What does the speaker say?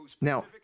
Now